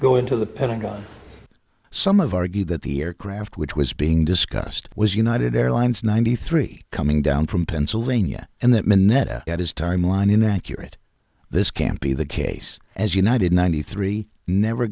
go into the pentagon some of argued that the aircraft which was being discussed was united airlines ninety three coming down from pennsylvania and that moneta had his timeline inaccurate this can't be the case as united ninety three never